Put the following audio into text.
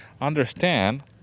understand